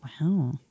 Wow